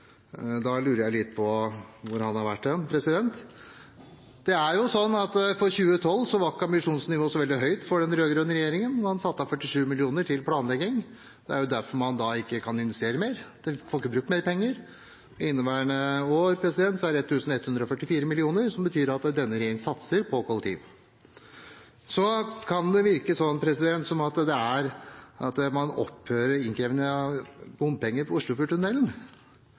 lurer jeg litt på hvor han har vært hen. For 2012 var ikke ambisjonsnivået så veldig høyt i den rød-grønne regjeringen. Man satte av 47 mill. kr til planlegging. Det er derfor man ikke kan investere mer, man får ikke brukt mer penger. I inneværende år er det 1 144 mill. kr, som betyr at denne regjeringen satser på kollektiv. Det kan virke som om innkreving av bompenger for Oslofjordtunnelen opphører. Det blir ikke mer trafikksikkerhet av å betale bompenger. Det opphører fordi det er